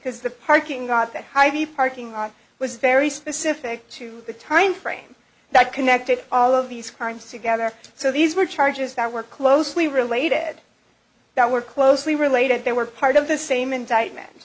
cause the parking lot the high the parking lot was very specific to the time frame that connected all of these crimes to gether so these were charges that were closely related that were closely related they were part of the same indictment